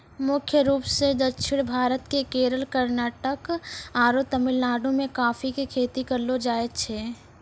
मुख्य रूप सॅ दक्षिण भारत के केरल, कर्णाटक आरो तमिलनाडु मॅ कॉफी के खेती करलो जाय छै